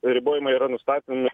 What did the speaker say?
ribojimai yra nustatomi